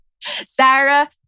Sarah